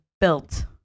built